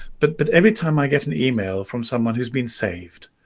but but every time i get an email from someone who's been saved.